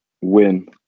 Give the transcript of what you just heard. win